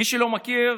מי שלא מכיר,